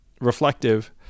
reflective